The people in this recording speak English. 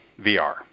VR